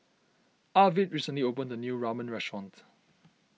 Arvid recently opened a new Ramen restaurant